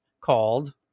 called